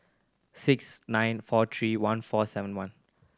six nine four three one four seven one